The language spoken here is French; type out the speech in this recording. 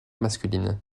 masculine